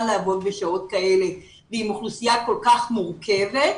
לעבוד בשעות כאלה ועם אוכלוסייה כל כך מורכבת,